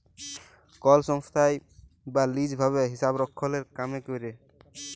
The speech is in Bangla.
কল সংস্থায় বা লিজ ভাবে হিসাবরক্ষলের কামে ক্যরে